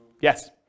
Yes